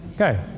Okay